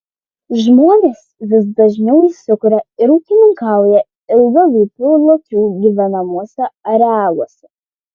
žmonės vis dažniau įsikuria ir ūkininkauja ilgalūpių lokių gyvenamuose arealuose